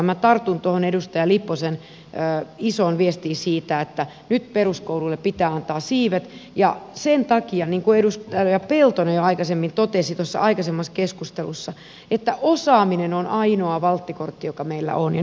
minä tartun tuohon edustaja lipposen isoon viestiin siitä että nyt peruskoululle pitää antaa siivet sen takia niin kuin edustaja peltonen jo aikaisemmin totesi tuossa aikaisemmassa keskustelussa että osaaminen on ainoa valttikortti joka meillä on ja nyt se on käytettävä